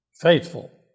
faithful